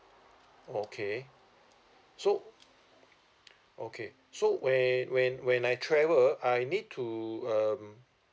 okay so okay so when when when I travel I need to um